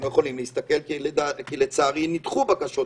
אתם לא יכולים להסתכל כי לצערי נדחו בקשותיי,